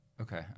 Okay